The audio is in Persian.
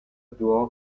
دعا